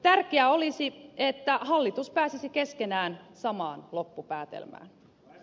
tärkeää olisi että hallitus pääsisi keskenään samaan loppupäätelmään